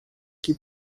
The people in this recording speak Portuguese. que